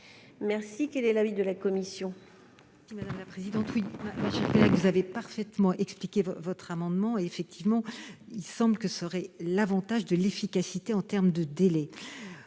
efficace. Quel est l'avis de la commission ?